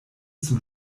zum